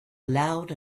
loud